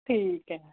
ਠੀਕ ਹੈ